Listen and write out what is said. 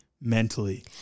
mentally